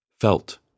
felt